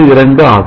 72 ஆகும்